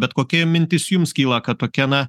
bet kokia mintis jums kyla kad tokia na